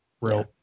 real